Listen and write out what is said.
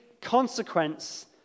consequence